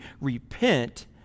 repent